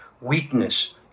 weakness